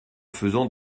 faisant